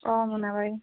অ Monabari